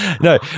No